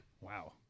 Wow